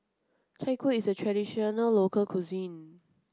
Chai Kuih is a traditional local cuisine